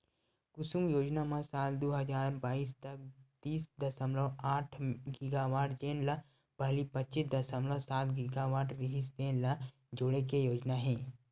कुसुम योजना म साल दू हजार बाइस तक तीस दसमलव आठ गीगावाट जेन ल पहिली पच्चीस दसमलव सात गीगावाट रिहिस तेन ल जोड़े के योजना हे